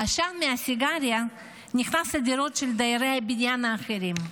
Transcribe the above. העשן מהסיגריה נכנס לדירות של דיירי הבניין האחרים.